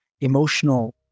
emotional